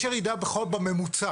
יש ירידה בממוצע.